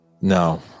No